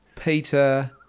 Peter